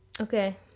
Okay